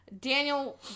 Daniel